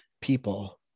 people